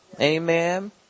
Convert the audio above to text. Amen